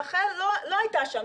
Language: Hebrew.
רח"ל לא הייתה שם,